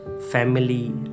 family